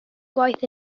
gwaith